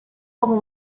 como